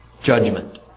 Judgment